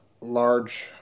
large